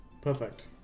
Perfect